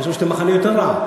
אני חושב שאתם מחנה יותר רע,